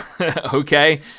okay